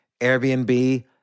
Airbnb